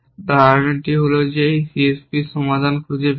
ধারণাটি হল এই C S P এর সমাধান খুঁজে বের করা